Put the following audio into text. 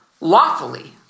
lawfully